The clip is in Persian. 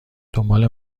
دنبال